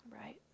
Right